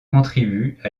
contribuent